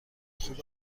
خوب